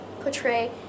portray